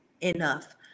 enough